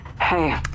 Hey